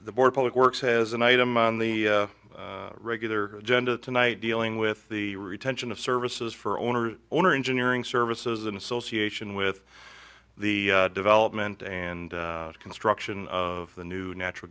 the board public works has an item on the regular agenda tonight dealing with the retention of services for owner owner engineering services in association with the development and construction of the new natural